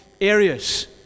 areas